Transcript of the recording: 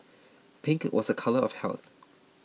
pink was a colour of health